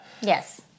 Yes